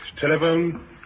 telephone